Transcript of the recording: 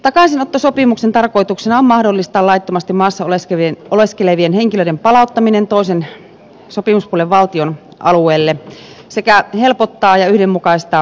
takaisinottosopimuksen tarkoituksena on mahdollistaa laittomasti maassa oleskelevien henkilöiden palauttaminen toisen sopimuspuolen valtion alueelle sekä helpottaa ja yhdenmukaistaa menettelyjä